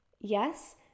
yes